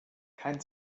kein